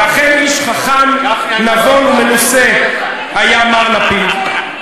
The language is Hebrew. ואכן, איש חכם, נבון ומנוסה היה מר לפיד.